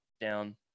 down